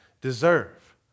deserve